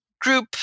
group